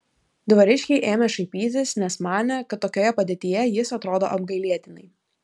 dvariškiai ėmė šaipytis nes manė kad tokioje padėtyje jis atrodo apgailėtinai